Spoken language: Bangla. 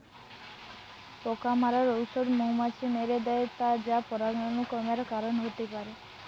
পোকা মারার ঔষধ মৌমাছি মেরে দ্যায় যা পরাগরেণু কমের কারণ হতে পারে